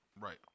Right